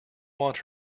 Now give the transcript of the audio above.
want